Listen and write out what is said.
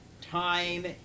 time